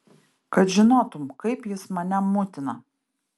kad žinotum kaip jis mane mutina